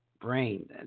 brain